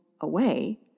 away